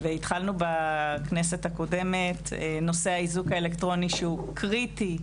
התחלנו בכנסת הקודמת את נושא האיזוק האלקטרוני שהוא קריטי,